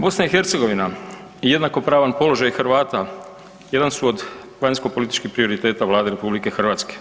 BiH i jednakopravan položaj Hrvata, jedan su od vanjskopolitičkih prioriteta Vlade RH.